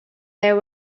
there